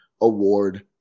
award